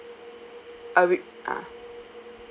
I'll read uh